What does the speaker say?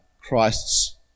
Christ's